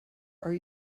are